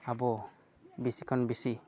ᱟᱵᱚ ᱵᱮᱥᱤ ᱠᱷᱚᱱ ᱵᱮᱥᱤ